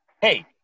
Hey